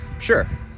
sure